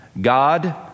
God